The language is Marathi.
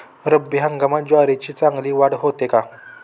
रब्बी हंगामात ज्वारीची चांगली वाढ होते का?